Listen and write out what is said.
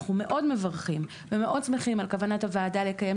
אנחנו מאוד מברכים ומאוד שמחים על כוונת הוועדה לקיים